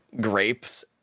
grapes